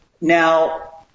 Now